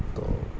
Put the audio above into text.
تو